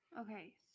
Okay